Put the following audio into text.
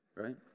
right